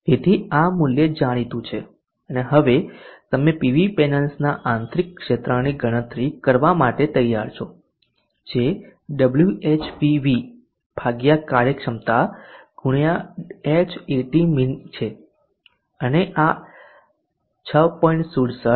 તેથી આ મૂલ્ય જાણીતું છે અને હવે તમે પીવી પેનલ્સના આંતરિક ક્ષેત્રની ગણતરી કરવા માટે તૈયાર છો જે Whpv ભાગ્યા કાર્યક્ષમતા ગુણ્યા Hatmin છે અને આ 6